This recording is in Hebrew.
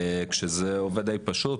כשזה עובד די פשוט,